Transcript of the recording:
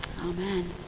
Amen